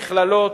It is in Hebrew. מכללות,